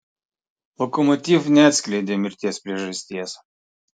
lokomotiv neatskleidė mirties priežasties